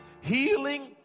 healing